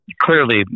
clearly